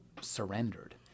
surrendered